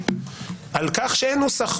על כך שאין נוסח,